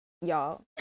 y'all